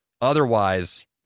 Otherwise